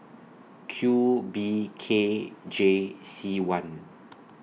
Q B K J C one